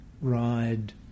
ride